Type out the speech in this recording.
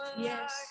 Yes